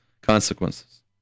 consequences